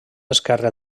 esquerre